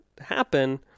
happen